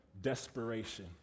desperation